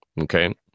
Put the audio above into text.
Okay